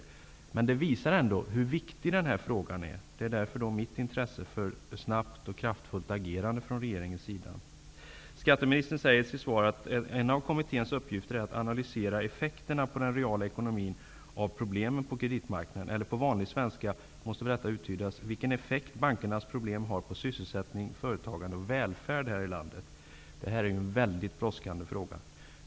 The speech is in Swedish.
Resultatet av undersökningen visar ändå hur viktig denna fråga är, därav mitt intresse för ett snabbt och kraftfullt agerande från regeringens sida. Skatteministern säger i sitt svar att en av kommitténs uppgifter är att analysera effekterna på den reala ekonomin av problemen på kreditmarknaden. På vanlig svenska måste väl det uttydas som vilken effekt bankernas problem har på sysselsättning, företagande och välfärd här i landet. Det är en mycket brådskande fråga.